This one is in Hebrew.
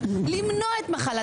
יחידות החקירה,